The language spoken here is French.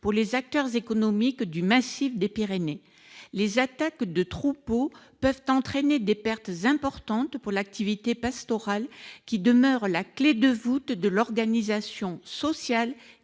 les acteurs économiques du massif des Pyrénées. Les attaques de troupeaux peuvent entraîner des pertes importantes pour l'activité pastorale, qui demeure la clef de voûte de l'organisation sociale et